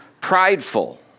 prideful